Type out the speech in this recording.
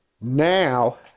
now